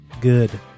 Good